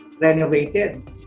renovated